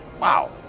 Wow